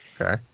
Okay